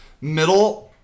middle